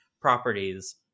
properties